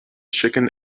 chicken